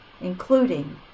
including